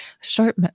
Short